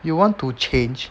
you want to change